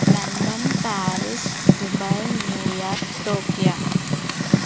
London Paris Dubai New York Tokyo